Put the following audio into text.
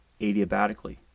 adiabatically